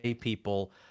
people